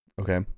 Okay